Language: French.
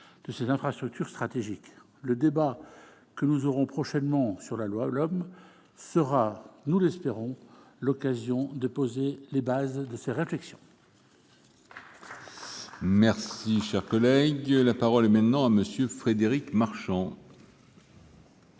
de ces infrastructures stratégiques. Le débat que nous aurons prochainement sur le projet de loi LOM sera, nous l'espérons, l'occasion de poser les bases de ces réflexions. La parole est à M. Frédéric Marchand.